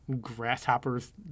Grasshoppers